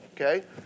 Okay